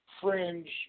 fringe